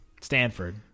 Stanford